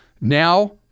Now